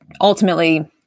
ultimately